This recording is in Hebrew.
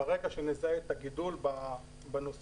ברגע שנזהה את הגידול בנוסעים,